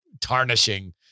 tarnishing